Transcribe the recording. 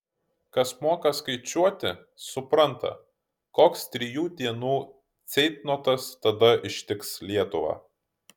kas moka skaičiuoti supranta koks trijų dienų ceitnotas tada ištiks lietuvą